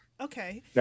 Okay